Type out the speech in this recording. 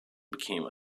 became